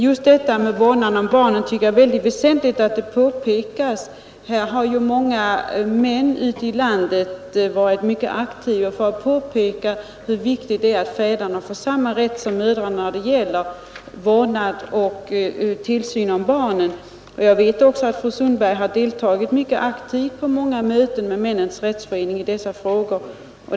Just detta med vårdnaden om barnen tycker jag är väsentligt att dra fram i detta sammanhang. Många män ute i landet har varit mycket aktiva när det gällt att framhålla hur viktigt det är att fäderna får samma rätt som mödrarna till vårdnad och tillsyn av barnen. Jag vet också att fru Sundberg har deltagit mycket aktivt på många möten med Männens rättsförening i dessa frågor.